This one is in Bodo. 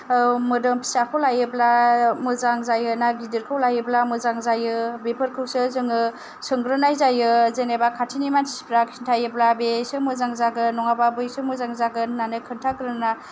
मोदोम फिसाखौ लायोब्ला मोजां जायो ना गिदिरखौ लायोब्ला मोजां जायो बेफोरखौसो जोङो सोंग्रोनाय जायो जेनेबा खाथिनि मानसिफ्रा खिनथायोब्ला बेसो मोजां जागोन नङाब्ला बैसो मोजां जागोन होननानै खोनथाग्रोना